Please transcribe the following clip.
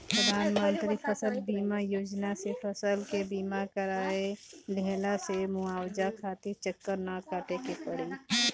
प्रधानमंत्री फसल बीमा योजना से फसल के बीमा कराए लेहला से मुआवजा खातिर चक्कर ना काटे के पड़ी